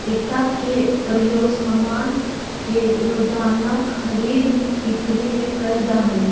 सिक्का के प्रयोग सामान के रोज़ाना खरीद बिक्री में कैल जा हई